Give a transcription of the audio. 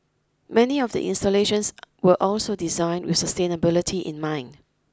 many of the installations were also designed with sustainability in mind